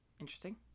interesting